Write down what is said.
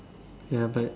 ya but